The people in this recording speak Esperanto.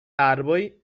arboj